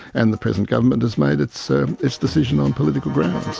and the present government has made its so its decision on political grounds.